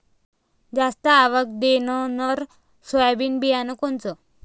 जास्त आवक देणनरं सोयाबीन बियानं कोनचं?